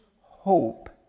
hope